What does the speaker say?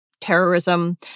terrorism